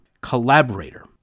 collaborator